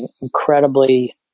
incredibly